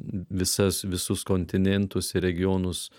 visas visus kontinentus ir regionus